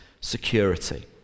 security